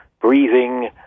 breathing